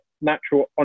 natural